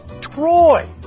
Troy